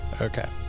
Okay